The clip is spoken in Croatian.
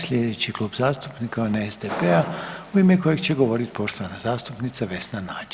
Sljedeći Klub zastupnika je onaj SDP-a u ime kojeg će govoriti poštovana zastupnica Vesna Nađ.